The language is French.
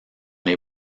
les